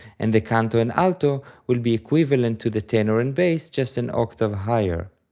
and the canto and alto will be equivalent to the tenor and bass, just an octave higher.